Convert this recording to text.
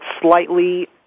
slightly